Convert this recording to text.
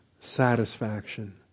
satisfaction